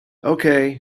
okay